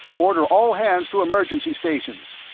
order all hands to emergency stations.